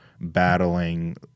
battling